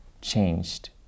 changed